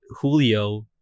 Julio